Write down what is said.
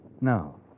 No